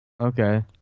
Okay